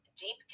deep